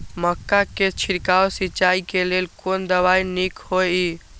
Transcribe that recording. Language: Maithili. मक्का के छिड़काव सिंचाई के लेल कोन दवाई नीक होय इय?